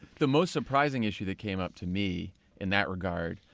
the most surprising issue that came up to me in that regard,